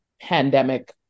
pandemic